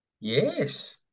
Yes